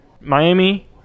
miami